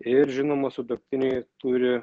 ir žinoma sutuoktiniai turi